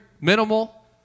minimal